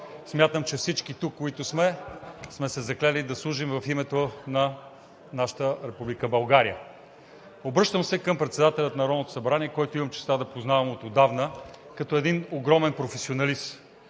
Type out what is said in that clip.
Смятам, че всички, които сме тук, сме се заклели да служим в името на нашата Република България. Обръщам се към председателя на Народното събрание, който имам честта да познавам отдавна като един огромен професионалист.